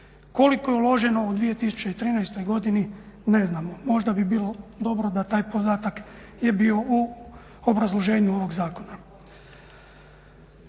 Koliko je uloženo u 2013. godini ne znamo. Možda bi bilo dobro da taj podatak je bio u obrazloženju ovog Zakona.